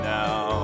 now